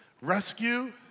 rescue